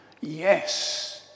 Yes